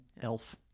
Elf